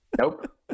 Nope